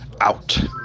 out